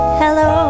hello